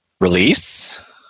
release